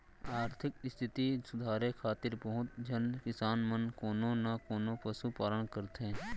आरथिक इस्थिति सुधारे खातिर बहुत झन किसान मन कोनो न कोनों पसु पालन करथे